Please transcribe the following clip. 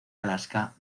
alaska